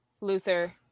Luther